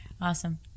Awesome